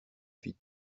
fit